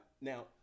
Now